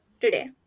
today